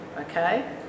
okay